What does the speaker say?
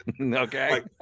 Okay